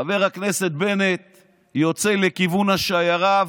חבר הכנסת בנט יוצא לכיוון השיירה,